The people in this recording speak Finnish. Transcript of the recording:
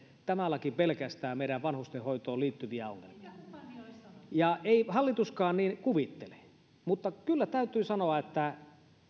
tämä laki pelkästään ratkaise meidän vanhustenhoitoon liittyviä ongelmia ei hallituskaan niin kuvittele mutta kyllä täytyy sanoa että